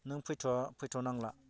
नों फैथ'आ फैथ'नांला